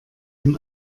dem